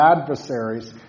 adversaries